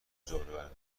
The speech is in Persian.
جاروبرقی